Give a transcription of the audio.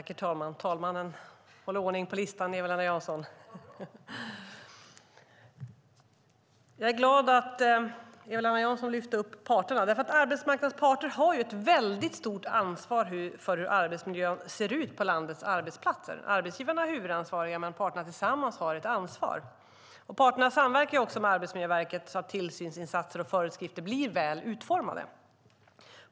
Herr talman! Jag är glad att Eva-Lena Jansson lyfte upp parterna. Arbetsmarknadens parter har ett stort ansvar för hur arbetsmiljön ser ut på landets arbetsplatser. Arbetsgivarna har huvudansvaret, men parterna tillsammans har också ett ansvar. Parterna samverkar också med Arbetsmiljöverket så att tillsynsinsatser och föreskrifter blir väl utformade.